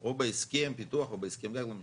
או בהסכם פיתוח או בהסכם גג, לא משנה.